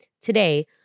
Today